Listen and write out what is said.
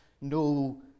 no